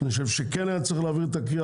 אני חושב שכן היה צריך להעביר את הקריאה